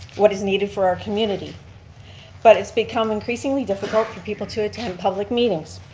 what is needed for our community but it's become increasingly difficult for people to attend public meetings.